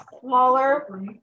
smaller